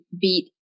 beat